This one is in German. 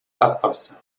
abwasser